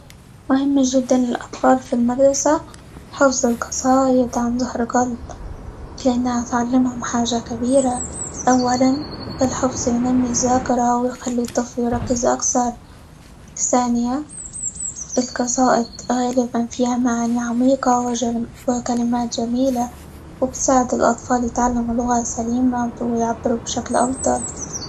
مهم جدًا للأطفال في المدرسة حفظ القصايد عن ظهر قلب؛ لأنها هتعلمهم حاجة كبيرة، أولا الحفظ ينمي الذاكرة، ويخلي الطفل يركز أكثر، ثانيا القصائد غالبًا فيها معاني عميقة، -وجم- وكلمات جميلة، وبتساعد الأطفال يتعلموا لغة سليمة، ويعبروا بشكل أفضل.